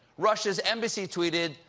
russia's embassy tweeted,